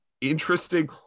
interesting